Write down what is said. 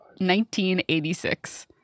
1986